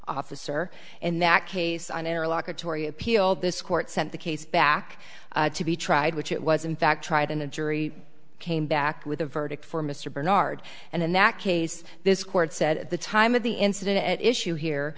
officer and that case an airlock atory appealed this court sent the case back to be tried which it was in fact tried in a jury came back with a verdict for mr bernard and in that case this court said at the time of the incident at issue here